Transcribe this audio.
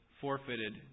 forfeited